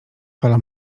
fala